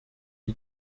jya